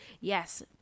yes